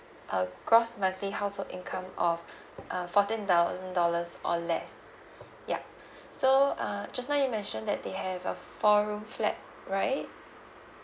a gross monthly household income of uh fourteen thousand dollars or less ya so uh just now you mentioned that they have a four room flat right